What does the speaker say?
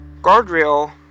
guardrail